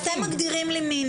אבל כשאתם מגדירים לי מינימום,